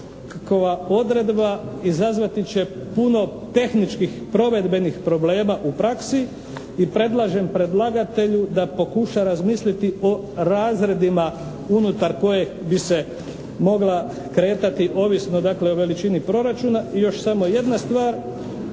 odredba izazvati će puno tehničkih, provedbenih problema u praksi i predlažem predlagatelju da pokuša razmisliti o razredima unutar kojeg bi se mogla kretati ovisno dakle o veličini proračuna i još samo jedna stvar,